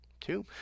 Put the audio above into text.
Two